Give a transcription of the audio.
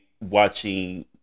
watching